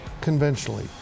conventionally